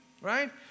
right